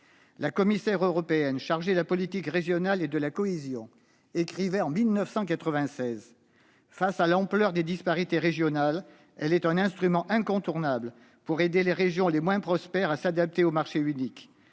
La commissaire européenne chargée de la politique régionale et de la cohésion écrivait, en 1996 :« Face à l'ampleur des disparités régionales, elle est un instrument incontournable pour aider les régions les moins prospères à s'adapter au marché unique.